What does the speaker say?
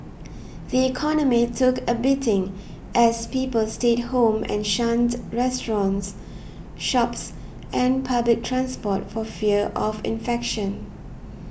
the economy took a beating as people stayed home and shunned restaurants shops and public transport for fear of infection